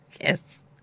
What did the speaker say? Yes